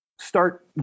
start